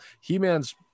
he-man's